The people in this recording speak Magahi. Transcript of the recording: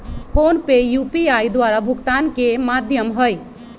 फोनपे यू.पी.आई द्वारा भुगतान के माध्यम हइ